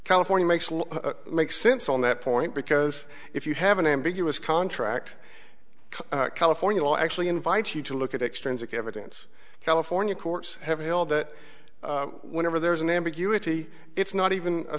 california makes make sense on that point because if you have an ambiguous contract california will actually invite you to look at extrinsic evidence california courts have held that whenever there is an ambiguity it's not even a